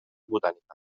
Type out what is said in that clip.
botànica